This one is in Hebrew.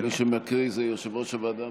מי שמקריא זה יושב-ראש הוועדה המסדרת.